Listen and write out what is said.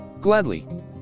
Gladly